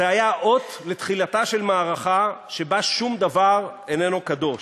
זה היה אות לתחילתה של מערכה שבה שום דבר איננו קדוש.